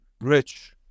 rich